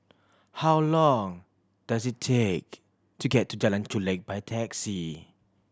how long does it take to get to Jalan Chulek by taxi